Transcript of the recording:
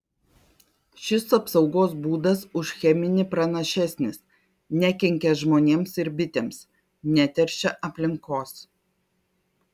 šis apsaugos būdas už cheminį pranašesnis nekenkia žmonėms ir bitėms neteršia aplinkos